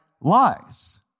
lies